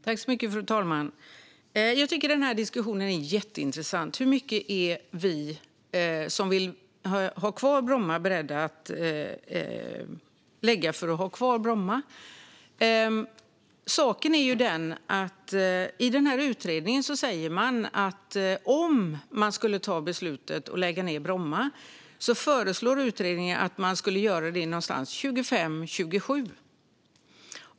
Fru talman! Jag tycker att denna diskussion är jätteintressant. Hur mycket är vi som vill ha kvar Bromma flygplats beredda att lägga för att ha kvar flygplatsen? Saken är den att denna utredning föreslår att man, om man skulle ta beslutet att lägga ned Bromma, skulle göra det någon gång 2025-2027.